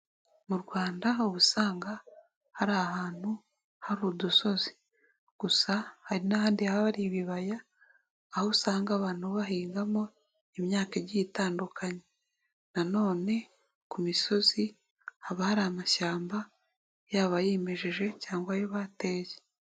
Mu Rwanda uba usanga hari ahantu hari udusozi, gusa hari n'ahandi haba hari ibibaya, aho usanga abantu bahingamo imyaka igiye itandukanye, nanone ku misozi haba hari amashyamba, yaba ayimejeje cyangwa ayo bateye.